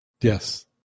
Yes